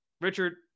Richard